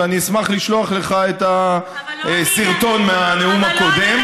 ואני אשמח לשלוח לך את הסרטון מהנאום הקודם.